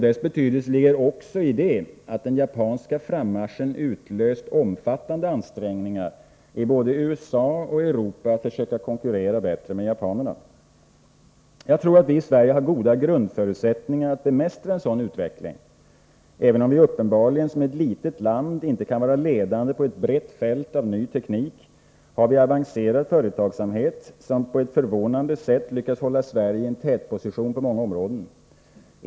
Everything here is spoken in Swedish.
Dess betydelse ligger också däri att den japanska frammarschen utlöst omfattande ansträngningar i både USA och Europa att försöka konkurrera bättre med japanerna. Jag tror att vi i Sverige har goda förutsättningar att bemästra en sådan utveckling. Även om vi uppenbarligen som ett litet land inte kan vara ledande på ett brett fält av ny teknik, har vi en avancerad företagsamhet, som på ett förvånande sätt lyckats hålla Sverige i en tätposition på många områden.